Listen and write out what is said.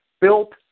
built